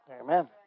Amen